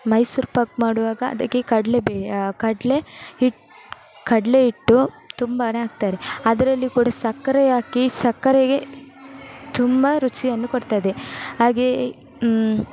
ಮೈಸೂರು ಪಾಕು ಮಾಡುವಾಗ ಅದಕ್ಕೆ ಕಡಲೇಬೇ ಕಡಲೇ ಹಿಟ್ಟು ಕಡಲೇ ಹಿಟ್ಟು ತುಂಬನೇ ಹಾಕ್ತಾರೆ ಅದರಲ್ಲಿ ಕೂಡ ಸಕ್ಕರೆ ಹಾಕಿ ಸಕ್ಕರೆಗೆ ತುಂಬ ರುಚಿಯನ್ನು ಕೊಡ್ತದೆ ಹಾಗೆ